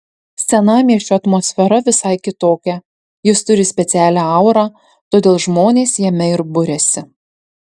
senamiesčio atmosfera visai kitokia jis turi specialią aurą todėl žmonės jame ir buriasi